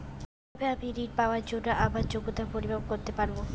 কিভাবে আমি ঋন পাওয়ার জন্য আমার যোগ্যতার পরিমাপ করতে পারব?